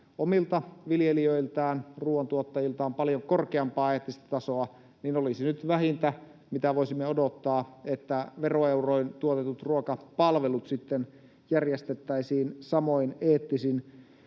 omilta viljelijöiltään, ruuantuottajiltaan paljon korkeampaa eettistä tasoa, niin olisi nyt vähintä, mitä voisimme odottaa, että veroeuroin tuotetut ruokapalvelut sitten järjestettäisiin samoin eettisin